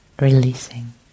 releasing